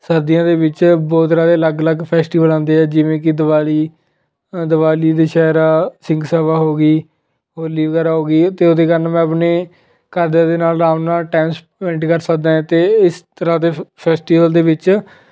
ਸਰਦੀਆਂ ਦੇ ਵਿੱਚ ਬਹੁਤ ਤਰ੍ਹਾਂ ਦੇ ਅਲੱਗ ਅਲੱਗ ਫੈਸਟੀਵਲ ਆਉਂਦੇ ਆ ਜਿਵੇਂ ਕਿ ਦਿਵਾਲੀ ਅ ਦਿਵਾਲੀ ਦੁਸਹਿਰਾ ਸਿੰਘ ਸਭਾ ਹੋ ਗਈ ਹੋਲੀ ਵਗੈਰਾ ਹੋ ਗਈ ਅਤੇ ਉਹਦੇ ਕਾਰਨ ਮੈਂ ਆਪਣੇ ਘਰਦਿਆਂ ਦੇ ਨਾਲ ਅਰਾਮ ਨਾਲ ਟਾਈਮ ਸਪੈਂਡ ਕਰ ਸਕਦਾ ਹੈ ਅਤੇ ਇਸ ਤਰ੍ਹਾਂ ਦੇ ਫੈ ਫੈਸਟੀਵਲ ਦੇ ਵਿੱਚ